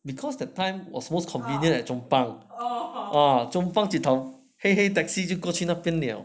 because that time was most convenient at chong pang ah chong pang 嘿嘿 taxi 就过去那边了